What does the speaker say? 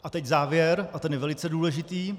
A teď závěr, a ten je velice důležitý.